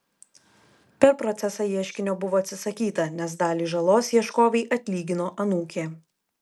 per procesą ieškinio buvo atsisakyta nes dalį žalos ieškovei atlygino anūkė